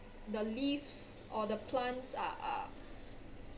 the leaves or the plants are are